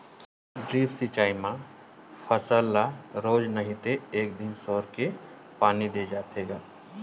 drip सिचई म फसल ल रोज नइ ते एक दिन छोरके पानी दे जाथे ग